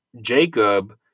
Jacob